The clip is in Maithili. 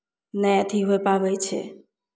नहि अथि होइ पाबै छै